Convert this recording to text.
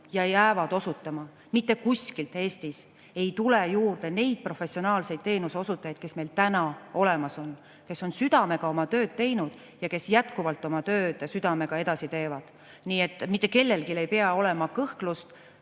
ja jäävad osutama. Mitte kuskilt Eestis ei tule juurde selliseid professionaalseid teenuse osutajaid, kes meil täna olemas on, kes on südamega oma tööd teinud ja kes edaspidigi oma tööd südamega teevad. Nii et mitte kellelgi ei pea olema kõhklust,